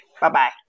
Bye-bye